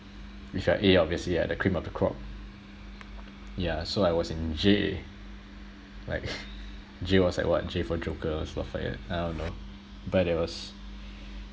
if you're A obviously you're like the cream of the crop yeah so I was in J like J was like what J for joker stuff like that I don't know but it was